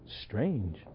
Strange